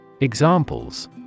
Examples